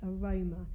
aroma